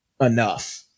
enough